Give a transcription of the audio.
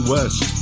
West